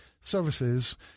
services